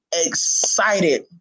excited